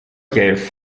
gave